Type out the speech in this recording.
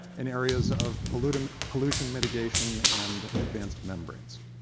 in areas of pollution pollution mitigation and advanced membranes.